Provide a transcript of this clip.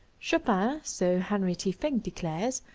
chopin, so henry t. finck declares,